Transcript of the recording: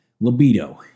libido